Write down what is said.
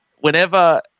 whenever